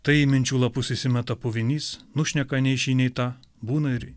tai į minčių lapus įsimeta puvinys nušneka nei šį nei tą būna ir